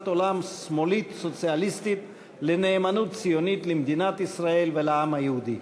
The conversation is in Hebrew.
עולם שמאלית סוציאליסטית לנאמנות ציונית למדינת ישראל ולעם היהודי.